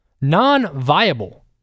Non-viable